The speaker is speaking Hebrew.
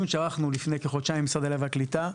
שערכנו לפני כחודשיים עם משרד העלייה והקליטה,